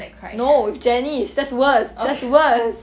no with janice that's worse that's worse